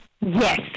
Yes